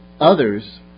others